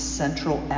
central